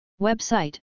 Website